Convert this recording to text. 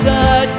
God